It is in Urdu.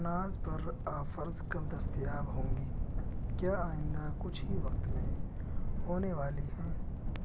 اناج پر آفرز کب دستیاب ہوں گی کیا آئندہ کچھ ہی وقت میں ہونے والی ہیں